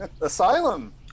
Asylum